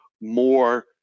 more